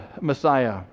Messiah